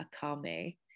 akame